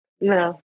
No